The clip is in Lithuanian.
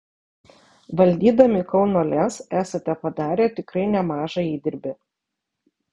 valdydami kauno lez esate padarę tikrai nemažą įdirbį